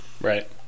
Right